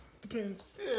depends